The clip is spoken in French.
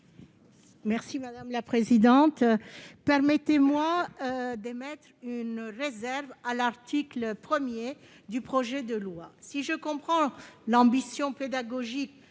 Madame la présidente, permettez-moi d'émettre une réserve sur l'article 1 du projet de loi. Si je comprends l'ambition pédagogique